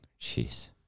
Jeez